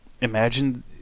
imagine